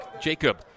Jacob